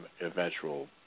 eventual